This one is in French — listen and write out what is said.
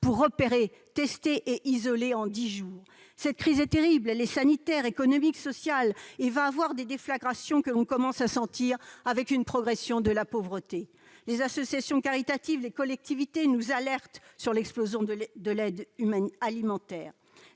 pour repérer, tester et isoler en dix jours ? Cette crise est terrible : elle est sanitaire, économique, sociale et l'on commence à en ressentir les déflagrations, avec une progression de la pauvreté. Les associations caritatives, les collectivités nous alertent sur l'explosion de l'aide alimentaire.